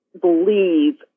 believe